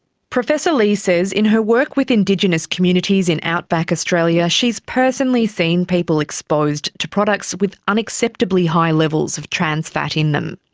professor lee says in her work with indigenous communities in outback australia she's personally seen people exposed to products with unacceptably high levels of trans fat in them.